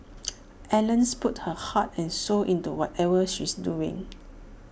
Ellen's puts her heart and soul into whatever she's doing